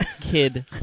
Kid